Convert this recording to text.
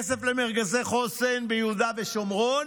יש כסף למרכזי חוסן ביהודה ושומרון,